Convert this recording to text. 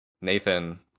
Nathan